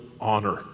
honor